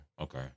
okay